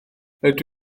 rydw